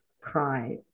cry